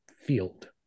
field